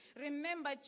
Remember